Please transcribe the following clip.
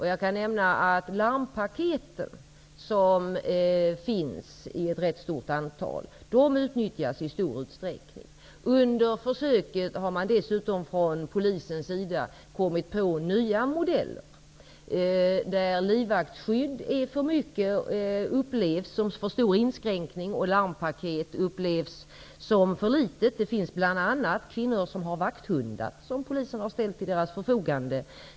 Jag kan nämna att de larmpaket som finns i ett rätt stort antal utnyttjas i stor utsträckning. Under försöken har man dessutom från polisens sida kommit på nya modeller. Livvaktsskydd upplevs som en för stor inskränkning och larmpaket upplevs som för litet. Bl.a. har kvinnor fått vakthundar som ställts till deras förfogande.